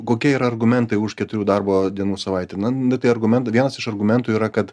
kokie yra argumentai už keturių darbo dienų savaitę na nu tai argumentų vienas iš argumentų yra kad